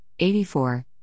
84